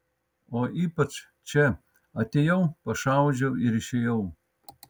o ypač čia atėjau pašaudžiau ir išėjau